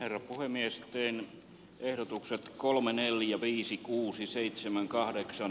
herra puhemies teen ehdotuksen kolme neljä viisi kuusi seitsemän kahdeksan